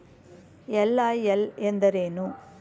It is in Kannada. ಎಲ್.ಐ.ಎಲ್ ಎಂದರೇನು?